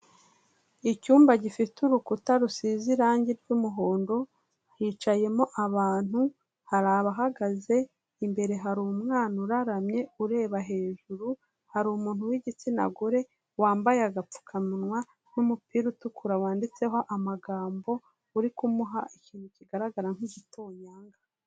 Icyumba gifite urukuta rusize irangi ry'umuhondo, hicayemo abantu, hari abahagaze, imbere hari umwana uraramye ureba hejuru, hari umuntu w'igitsina gore wambaye agapfukamunwa n'umupira utukura wanditseho amagambo, uri kumuha ikintu kigaragara nk'igitonyanga.